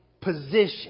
position